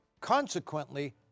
Consequently